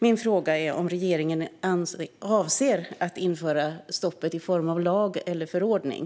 Min fråga är om regeringen avser att införa stoppet i form av lag eller förordning.